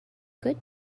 good